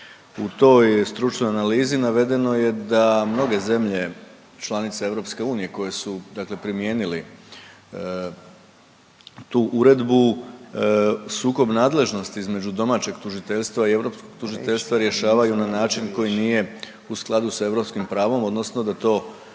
U toj stručnoj analizi navedeno je da mnoge zemlje članice EU koji su, dakle primijenili tu uredbu sukob nadležnosti između domaćeg tužiteljstva i europskog tužiteljstva rješavaju na način koji nije u skladu sa europskim pravom, odnosno da to